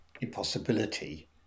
impossibility